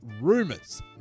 rumors